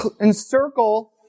encircle